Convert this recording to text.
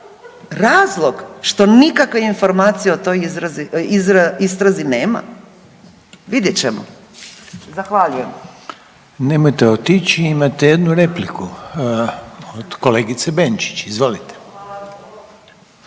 razlog što nikakve informacije o toj istrazi nema? Vidjet ćemo. Zahvaljujem. **Reiner, Željko (HDZ)** Nemojte otići imate jednu repliku od kolegice Benčić. Izvolite.